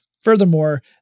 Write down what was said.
Furthermore